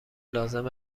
لازم